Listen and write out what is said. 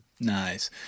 Nice